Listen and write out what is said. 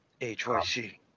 HYC